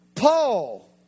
Paul